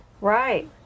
right